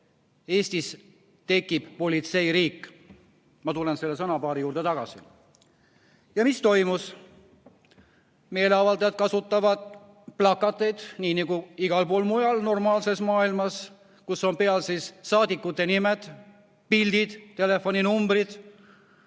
Eestis tekib politseiriik. Ma tulen selle sõnapaari juurde tagasi. Mis toimus? Meeleavaldajad kasutasid plakateid nii nagu igal pool mujal normaalses maailmas. Seal peal olid saadikute nimed, pildid ja telefoninumbrid.